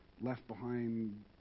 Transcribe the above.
left-behind